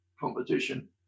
competition